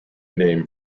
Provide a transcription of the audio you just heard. name